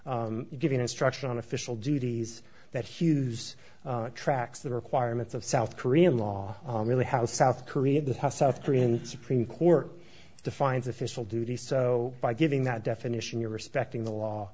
giving instruction on official duties that hughes tracks the requirements of south korean law really how south korea has south korean supreme court defines official duties so by giving that definition you're respecting the law